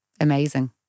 amazing